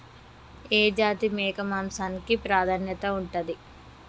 ఏ జాతి మేక మాంసానికి ప్రాధాన్యత ఉంటది?